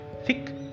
thick